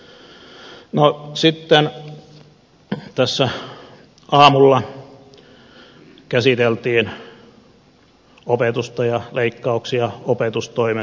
no sitten tässä aamulla käsiteltiin opetusta ja leikkauksia opetustoimessa